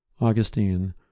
Augustine